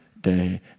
day